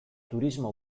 turismo